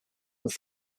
with